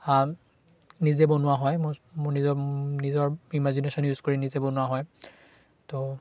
নিজে বনোৱা হয় মোৰ মোৰ নিজৰ নিজৰ ইমাজিনেশ্যন ইউজ কৰি নিজে বনোৱা হয় তো